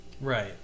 Right